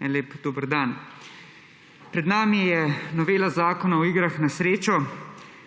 en lep dober dan! Pred nami je novela Zakona o igrah na srečo,